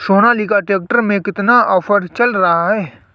Sonalika tractor में कितना offer चल रहा है?